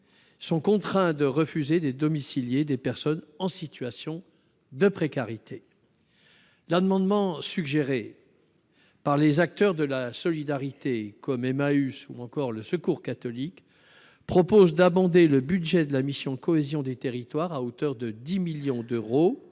sont contraints de refuser des domicilié des personnes en situation de précarité d'amendement suggéré par les acteurs de la solidarité comme Emmaüs ou encore le Secours catholique propose d'abonder le budget de la mission cohésion des territoires à hauteur de 10 millions d'euros